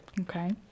Okay